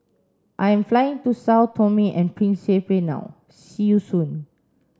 I am flying to Sao Tome and Principe now see you soon